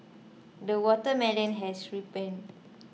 the watermelon has ripened